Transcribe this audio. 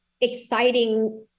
exciting